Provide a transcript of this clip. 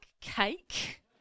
cake